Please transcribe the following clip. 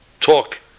talk